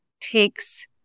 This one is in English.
takes